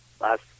last